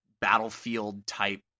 battlefield-type